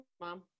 Mom